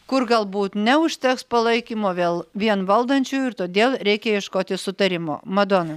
kur galbūt neužteks palaikymo vėl vien valdančiųjų ir todėl reikia ieškoti sutarimo madona